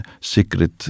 secret